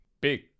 Big